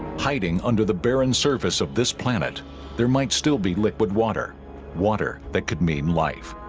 hiding under the barren surface of this planet there might still be liquid water water that could mean life